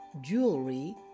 Jewelry